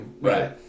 Right